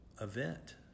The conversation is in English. event